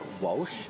Walsh